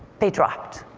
they dropped.